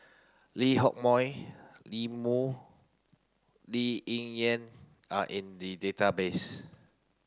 Lee Hock Moh Lee Moo Lee Ling Yen are in the database